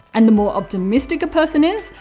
and the more optimistic a person is,